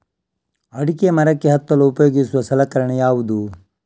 ಅಡಿಕೆ ಮರಕ್ಕೆ ಹತ್ತಲು ಉಪಯೋಗಿಸುವ ಸಲಕರಣೆ ಯಾವುದು?